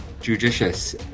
judicious